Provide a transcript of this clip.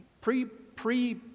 pre-pre